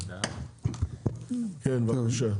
בבקשה.